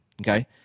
okay